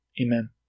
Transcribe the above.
Amen